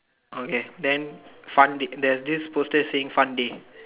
okay then fun day there's this poster saying fun day